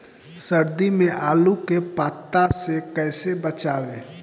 सर्दी में आलू के पाला से कैसे बचावें?